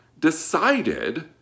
decided